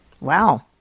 Wow